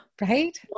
Right